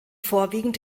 vorwiegend